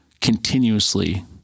continuously